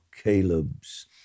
Caleb's